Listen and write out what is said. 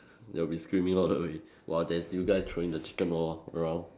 they'll be screaming all the way while there's you guys throwing the chicken all around